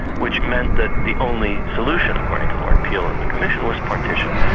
which meant that the only solution, according to lord peel and the commission, was partition.